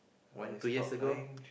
one two years ago